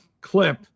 clip